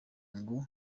ngo